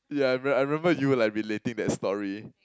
yeah I r~ I remember you were like relating that story